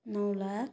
नौ लाख